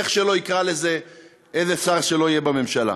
איך שלא יקרא לזה איזה שר שלא יהיה בממשלה,